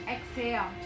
Exhale